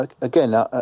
again